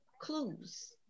clues